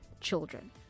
children